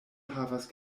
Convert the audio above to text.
havas